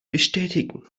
bestätigen